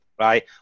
right